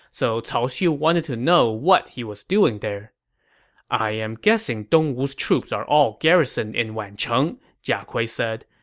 so cao xiu wanted to know what he was doing there i am guessing dongwu's troops are all garrisoned in wancheng, jia kui said.